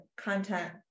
content